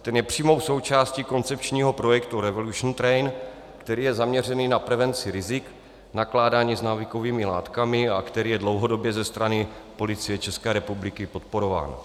Ten je přímou součástí koncepčního projektu Revolution train, který je zaměřený na prevenci rizik nakládání s návykovými látkami a který je dlouhodobě ze strany Policie České republiky podporován.